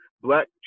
Black